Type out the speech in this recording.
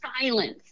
silence